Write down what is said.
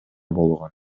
болгон